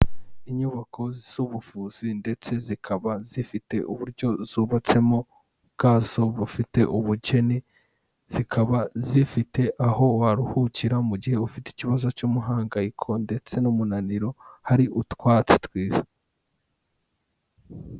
Inyubako z'ubuvuzi ndetse zikaba zifite uburyo zubatsemo bwazo bufite ubukene, zikaba zifite aho waruhukira mu gihe ufite ikibazo cy'umuhangayiko ndetse n'umunaniro, hari utwatsi twiza.